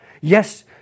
Yes